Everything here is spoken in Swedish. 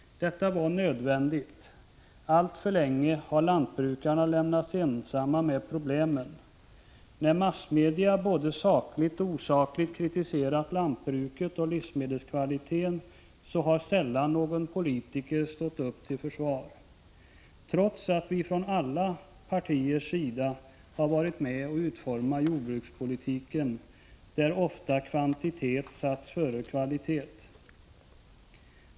Detta var nödvändigt. Alltför länge har lantbrukarna lämnats ensamma med problemen. När massmedia både sakligt och osakligt kritiserat lantbruket och kvaliteten på livsmedlen har sällan någon politiker stått upp till försvar, trots att vi från alla partiers sida har varit med och utformat jordbrukspolitiken, där kvantitet ofta satts före kvalitet.